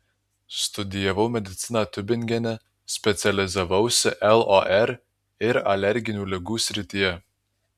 studijavau mediciną tiubingene specializavausi lor ir alerginių ligų srityje